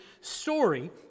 story